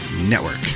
network